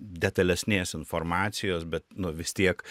detalesnės informacijos bet nu vis tiek